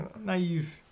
Naive